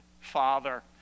father